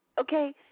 okay